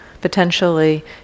Potentially